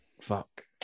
fuck